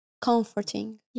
comforting